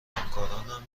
همکاران